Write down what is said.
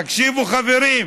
תקשיבו, חברים,